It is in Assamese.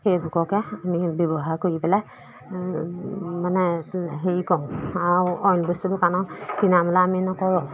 সেইবোৰকে আমি ব্যৱহাৰ কৰি পেলাই মানে হেৰি কৰো আৰু অইন বস্তু দোকানৰ কিনা মেলা আমি নকৰোঁ